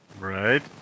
Right